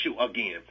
again